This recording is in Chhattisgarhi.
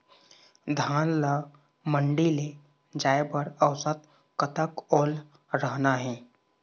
धान ला मंडी ले जाय बर औसत कतक ओल रहना हे?